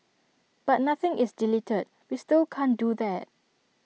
but nothing is deleted we still can't do that